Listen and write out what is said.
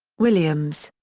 williams,